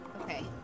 Okay